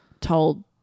told